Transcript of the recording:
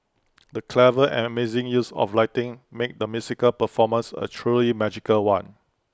the clever and amazing use of lighting made the musical performance A truly magical one